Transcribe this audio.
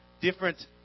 different